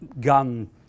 gun